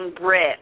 Brit